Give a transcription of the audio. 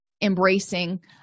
embracing